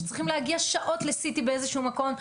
שצריכים לנסוע שעות ל-CT באיזשהו מקום,